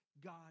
God